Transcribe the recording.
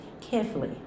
carefully